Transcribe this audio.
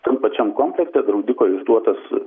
tam pačiam komplekte draudiko išduotas